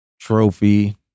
trophy